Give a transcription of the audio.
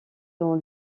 dans